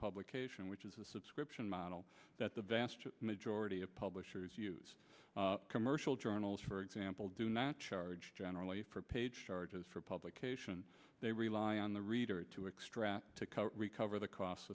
publication which is a subscription model that the vast majority of publishers use commercial journals for example do not charge generally for page charges for publication they rely on the reader to extract to cover recover the costs